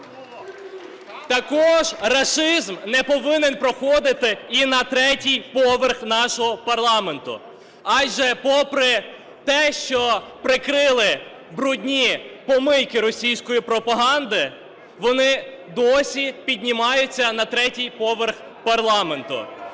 також рашизм не повинен проходити і на третій поверх нашого парламенту. Адже попри те, що прикрили брудні "помийки" російської пропаганди, вони досі піднімаються на третій поверх парламенту